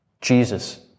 Jesus